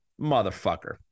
Motherfucker